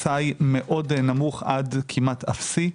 יש מצאי מאוד נמוך, עד כמעט אפסי.